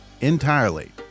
entirely